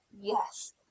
yes